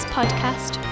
Podcast